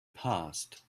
passed